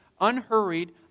unhurried